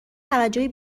توجه